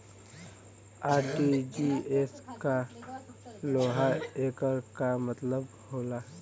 RTGS का होला एकर का मतलब होला?